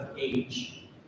age